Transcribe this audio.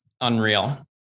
Unreal